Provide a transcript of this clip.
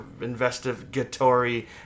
investigatory